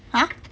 !huh!